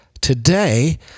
today